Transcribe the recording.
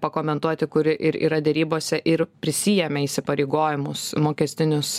pakomentuoti kuri ir yra derybose ir prisiėmė įsipareigojimus mokestinius